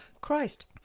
Christ